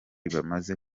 bamaze